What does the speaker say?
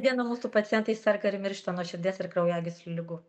dieną mūsų pacientai serga ir miršta nuo širdies ir kraujagyslių ligų